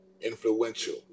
influential